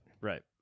Right